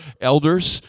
elders